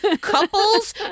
Couples